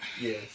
Yes